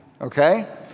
okay